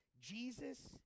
Jesus